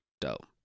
Dope